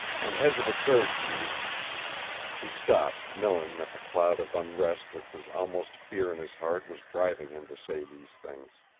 and has it occurred to you he stopped, knowing that the cloud of unrest which was almost fear in his heart was driving him to say these things.